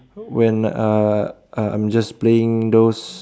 when uh I'm just playing those